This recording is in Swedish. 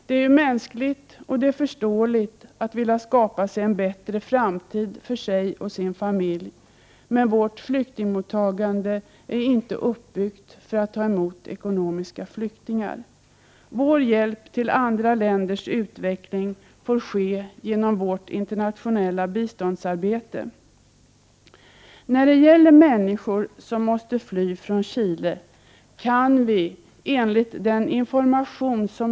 Det är mänskligt och förståeligt att vilja skapa en bättre framtid för sig och sin familj, men vårt flyktingmottagande är inte uppbyggt för att ta emot ekonomiska flyktingar. Vår hjälp till andra länders utveckling får ske genom vårt internationella biståndsarbete. När det gäller människor som måste fly från Chile kan vi enligt den information som att jag trodde att kunskapen hos de grupperna var större. Ny utlänningslag, 5 SR Det är klart att synpunkter och åsikter kan vara olika.